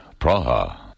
Praha